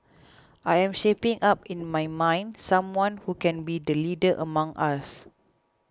I am shaping up in my mind someone who can be the leader among us